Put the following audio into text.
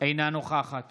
אינה נוכחת